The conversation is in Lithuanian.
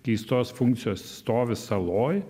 keistos funkcijos stovi saloj